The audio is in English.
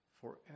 forever